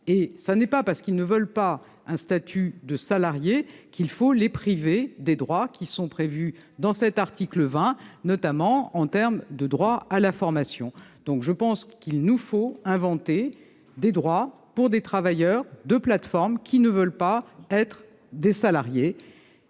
ce n'est pas parce qu'ils ne veulent pas un statut de salarié qu'il faut les priver des droits prévus à l'article 20, notamment en termes de formation. Il nous faut inventer des droits pour des travailleurs de plateformes qui ne veulent pas être des salariés.